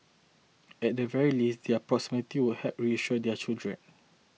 at the very least their proximity would help reassure their children